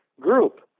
group